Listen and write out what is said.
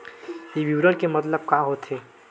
ये विवरण के मतलब का होथे?